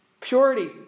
purity